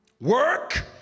Work